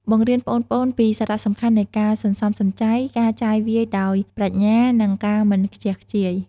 បង្រៀនប្អូនៗពីសារៈសំខាន់នៃការ សន្សំសំចៃ ការ ចាយវាយដោយប្រាជ្ញា និងការ មិនខ្ជះខ្ជាយ ។